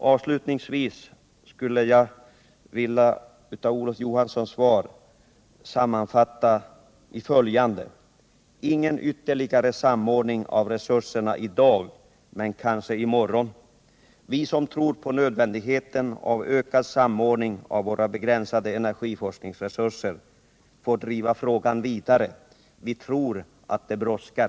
Avslutningsvis skulle jag vilja sammanfatta Olof Johanssons svar på följande sätt: Ingen ytterligare samordning av resurserna i dag, men kanske i morgon. Vi som tror på nödvändigheten av samordning av våra begränsade energiforskningsresurser får driva frågan vidare. Vi tror att det brådskar.